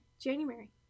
January